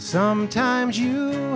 sometimes you